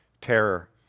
terror